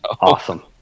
Awesome